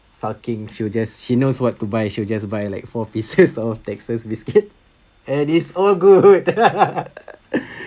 sulking she'll just she knows what to buy she'll just buy like four pieces of texas biscuit and is all good